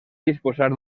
disposar